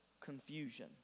confusion